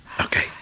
Okay